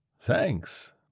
Thanks